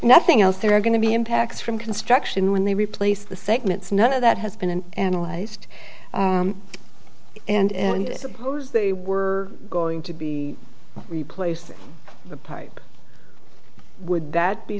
nothing else there are going to be impacts from construction when they replace the segments none of that has been and analyzed and suppose they were going to be replaced the pike would that be